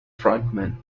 frontman